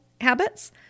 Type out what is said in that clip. habits